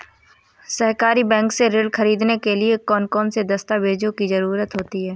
सहकारी बैंक से ऋण ख़रीदने के लिए कौन कौन से दस्तावेजों की ज़रुरत होती है?